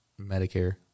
medicare